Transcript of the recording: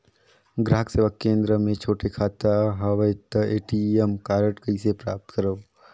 ग्राहक सेवा केंद्र मे छोटे खाता हवय त ए.टी.एम कारड कइसे प्राप्त करव?